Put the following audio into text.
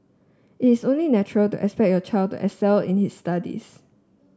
it is only natural to expect your child excel in his studies